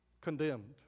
condemned